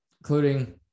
including